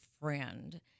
friend